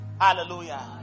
Hallelujah